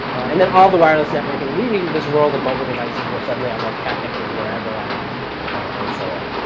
and then all the wireless networking leading to this world of mobile devices were suddenly, i want cat pictures wherever i am and so on.